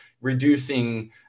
reducing